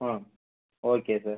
ம் okay sir